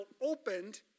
opened